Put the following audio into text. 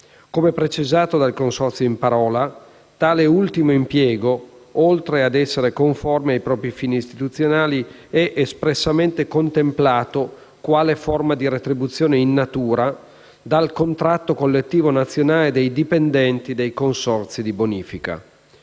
Come precisato dal Consorzio in parola, tale ultimo impiego, oltre ad essere conforme ai propri fini istituzionali, è espressamente contemplato quale forma di retribuzione in natura, dal contratto collettivo nazionale dei dipendenti dei consorzi di bonifica.